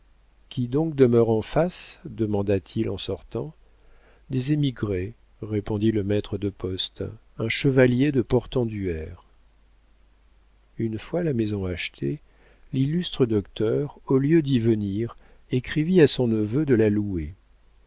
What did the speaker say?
qui donc demeure en face demanda-t-il en sortant des émigrés répondit le maître de poste un chevalier de portenduère une fois la maison achetée l'illustre docteur au lieu d'y venir écrivit à son neveu de louer